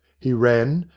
he ran,